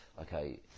Okay